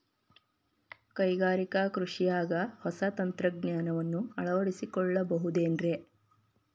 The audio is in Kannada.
ಕೈಗಾರಿಕಾ ಕೃಷಿಯಾಗ ಹೊಸ ತಂತ್ರಜ್ಞಾನವನ್ನ ಅಳವಡಿಸಿಕೊಳ್ಳಬಹುದೇನ್ರೇ?